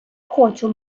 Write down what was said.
хочу